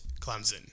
Clemson